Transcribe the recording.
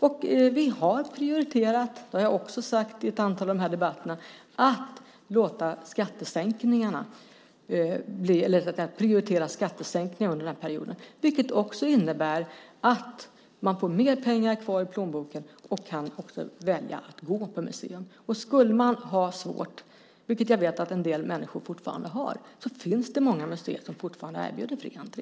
Jag har också sagt i ett antal debatter att vi prioriterar skattesänkningar under den här perioden, vilket också innebär att man får mer pengar kvar i plånboken och kan välja att gå på museum. Skulle man ha svårt - vilket jag vet att en del människor fortfarande har - finns det många museer som fortfarande erbjuder fri entré.